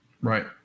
Right